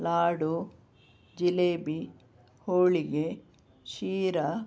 ಲಾಡು ಜಿಲೇಬಿ ಹೋಳಿಗೆ ಶಿರ